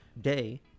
day